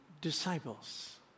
disciples